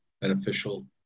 beneficial